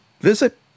visit